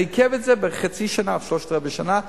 זה עיכב את זה בחצי שנה עד שלושת-רבעי שנה,